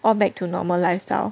all back to normal lifestyle